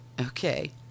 Okay